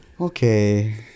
Okay